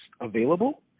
available